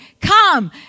Come